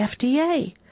FDA